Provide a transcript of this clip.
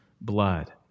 blood